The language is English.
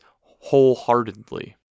wholeheartedly